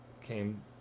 came